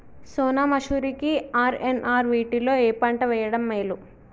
సోనా మాషురి కి ఆర్.ఎన్.ఆర్ వీటిలో ఏ పంట వెయ్యడం మేలు?